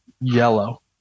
yellow